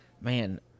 man